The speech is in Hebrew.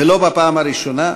ולא בפעם הראשונה,